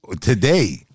today